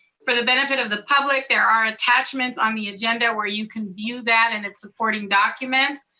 for the benefit of the public. there are attachments on the agenda where you can view that, and its supporting documents.